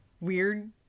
weird